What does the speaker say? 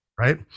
right